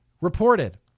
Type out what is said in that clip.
reported